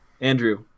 Andrew